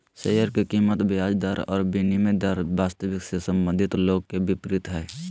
share के कीमत ब्याज दर और विनिमय दर वास्तविक से संबंधित लोग के विपरीत हइ